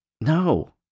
No